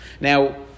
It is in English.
Now